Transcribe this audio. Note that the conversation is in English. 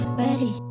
ready